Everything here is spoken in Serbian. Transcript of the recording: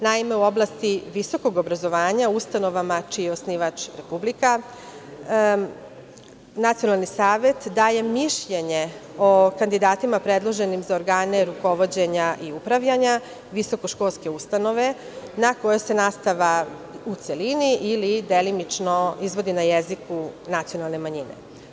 Naime, u oblasti visokog obrazovanja, ustanovama čiji je osnivač Republika, nacionalni savet daje mišljenje o kandidatima predloženim za organe rukovođenja i upravljanja, visoko školske ustanove na kojima se nastava u celini ili delimično izvodi na jeziku nacionalne manjine.